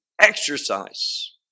exercise